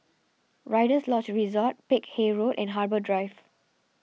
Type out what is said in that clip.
Rider's Lodge Resort Peck Hay Road and Harbour Drive